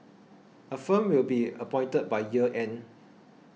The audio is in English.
a firm will be appointed by year end